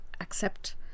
accept